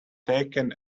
taken